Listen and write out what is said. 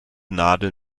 nadel